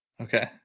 okay